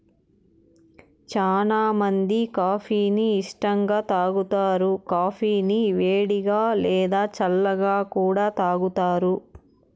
చానా మంది కాఫీ ని ఇష్టంగా తాగుతారు, కాఫీని వేడిగా, లేదా చల్లగా కూడా తాగుతారు